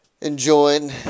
enjoying